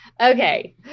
Okay